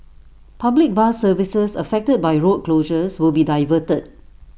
public bus services affected by the road closures will be diverted